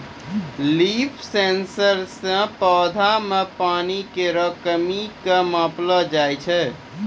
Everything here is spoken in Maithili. लीफ सेंसर सें पौधा म पानी केरो कमी क मापलो जाय छै